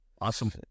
Awesome